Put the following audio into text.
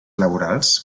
laborals